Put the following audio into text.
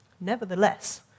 Nevertheless